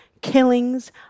killings